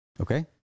Okay